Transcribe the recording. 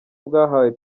bwahawe